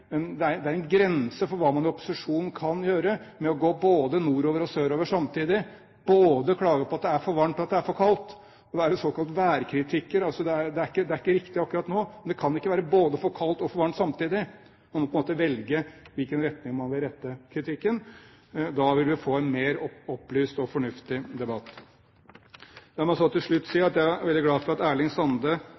men det er en grense for hvordan man i opposisjon kan gå både nordover og sørover samtidig, klage på både at det er for varmt, og at det er for kaldt – å være såkalt værkritiker. Det er ikke riktig akkurat nå, men det kan ikke være både for kaldt og for varmt samtidig; man må på en måte velge i hvilken retning man vil rette kritikken. Da vil vi få en mer opplyst og fornuftig debatt. La meg til slutt si at jeg er veldig glad for at Erling Sande